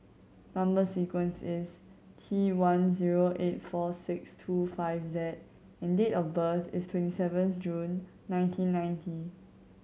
number sequence is T one zero eight four six two five Z and date of birth is twenty seven June nineteen ninety